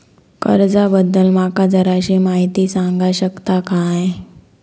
कर्जा बद्दल माका जराशी माहिती सांगा शकता काय?